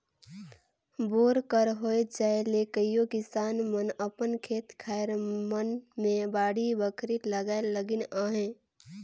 bore कर होए जाए ले कइयो किसान मन अपन खेते खाएर मन मे बाड़ी बखरी लगाए लगिन अहे